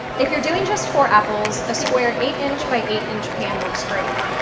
if you're doing just four apples, a square eight inch by eight inch pan works great.